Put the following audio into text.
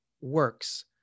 works